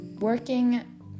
working